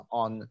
on